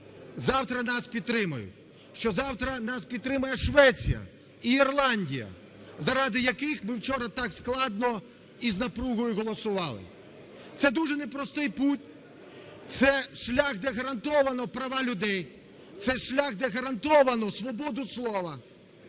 завтра нас підтримають. Що завтра нас підтримає Швеція і Ірландія, заради яких ми вчора так складно і з напругою голосували. Це дуже непростий путь. Це шлях, де гарантовано права людей. Це шлях, де гарантовано свободу слова.